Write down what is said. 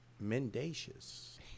Mendacious